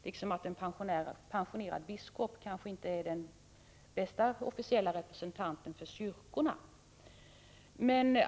Inte heller är kanske en pensionerad biskop den bästa officiella representanten för kyrkorna.